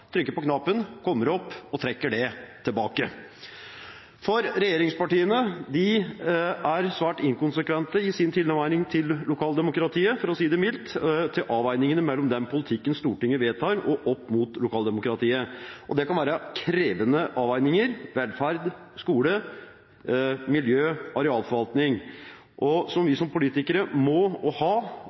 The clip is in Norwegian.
på knappen, kommer opp og trekker den tilbake. Regjeringspartiene er svært inkonsekvente i sin tilnærming til lokaldemokratiet, for å si det mildt, og til avveiningene mellom den politikken Stortinget vedtar, og lokaldemokratiet. Det kan være krevende avveininger – velferd, skole, miljø og arealforvaltning. Vi politikere må ha og ta det ansvaret som følger med det å være folkevalgt, og